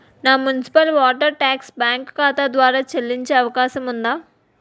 నా municipal water tax bank ఖాతా ద్వారా చెల్లించే అవకాశం ఉందా?